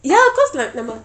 ya cause like